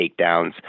takedowns